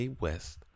West